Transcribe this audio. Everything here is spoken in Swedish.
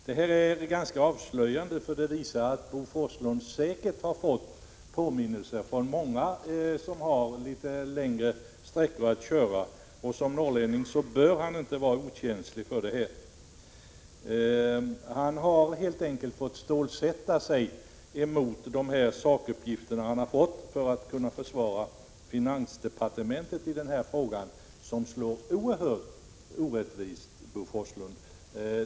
Det är ganska avslöjande, för det visar att Bo Forslund säkert har fått påminnelser om detta från många som har litet längre sträckor att köra, och som norrlänning borde han inte vara okänslig för deras argument. Bo Forslund har helt enkelt fått stålsätta sig för att inte ta intryck av de sakuppgifter han fått och för att kunna försvara finansdepartementet när det gäller det nya systemet. Det slår nämligen oerhört orättvist, Bo Forslund.